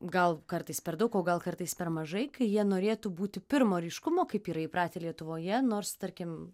gal kartais per daug o gal kartais per mažai kai jie norėtų būti pirmo ryškumo kaip yra įpratę lietuvoje nors tarkim